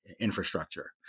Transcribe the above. infrastructure